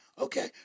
okay